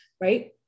Right